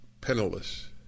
penniless